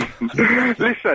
Listen